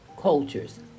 cultures